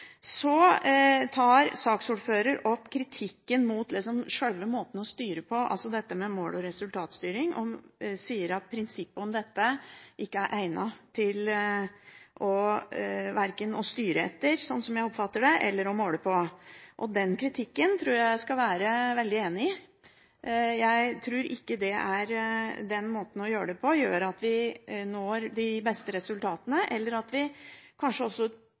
Så tar saksordføreren opp kritikken mot sjølve måten å styre på, altså dette med mål- og resultatstyring, og sier at prinsippet om dette ikke er egnet til verken å styre etter, sånn som jeg oppfatter det, eller å måle på. Den kritikken skal jeg være veldig enig i. Jeg tror ikke den måten å gjøre det på, gjør at vi når de beste resultatene, eller kanskje vi også lures til å tro at vi